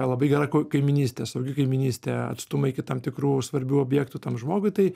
labai gera ko kaiminystė saugi kaimynystė atstumai iki tam tikrų svarbių objektų tam žmogui tai